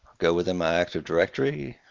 go within my active directory.